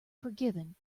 forgiven